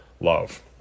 love